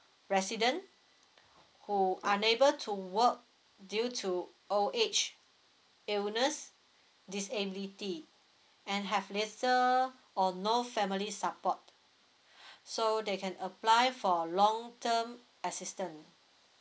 resident who unable to work due to old age illness disability and have lesser or no family support so they can apply for long term assistant